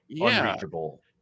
unreachable